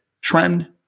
trend